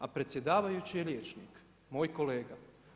A predsjedavajući je liječnik, moj kolega.